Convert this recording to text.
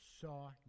saw